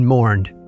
Mourned